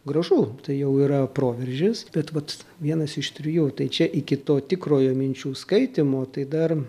gražu tai jau yra proveržis bet vat vienas iš trijų tai čia iki to tikrojo minčių skaitymo tai dar